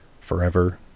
forever